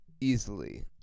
easily